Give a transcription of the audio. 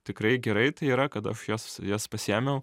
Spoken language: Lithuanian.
tikrai gerai tai yra kad aš jos jas pasiėmiau